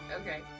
okay